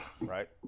Right